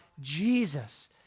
Jesus